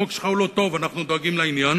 החוק שלך הוא לא טוב, אנחנו דואגים לעניין.